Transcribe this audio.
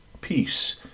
peace